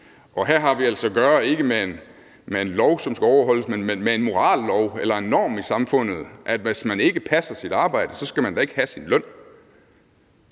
og her har vi at gøre ikke med en lov, som skal overholdes, men med en morallov eller en norm i samfundet: at man, hvis man ikke passer sit arbejde, da så ikke skal have sin løn.